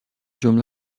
جمله